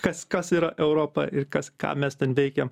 kas kas yra europa ir kas ką mes ten veikiam